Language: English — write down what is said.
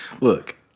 look